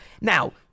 Now